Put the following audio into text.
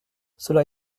cela